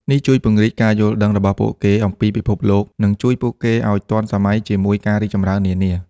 នេះជួយពង្រីកការយល់ដឹងរបស់ពួកគេអំពីពិភពលោក និងជួយពួកគេឱ្យទាន់សម័យជាមួយការរីកចម្រើននានា។